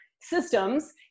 systems